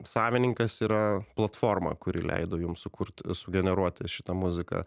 savininkas yra platforma kuri leido jums sukurti sugeneruoti šitą muziką